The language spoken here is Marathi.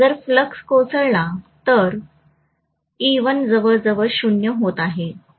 जर फ्लॅक्स कोसळला तर e1 जवळजवळ 0 होत आहे